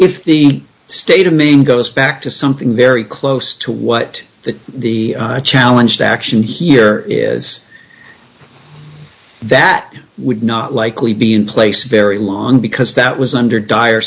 if the state of maine goes back to something very close to what the the challenge to action here is that would not likely be in place very long because that was under dire